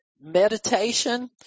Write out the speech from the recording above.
Meditation